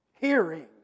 hearing